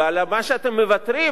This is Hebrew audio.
ועל מה שאתם מוותרים,